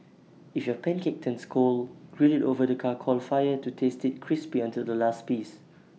if your pancake turns cold grill IT over the charcoal fire to taste IT crispy until the last piece